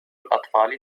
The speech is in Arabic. الأطفال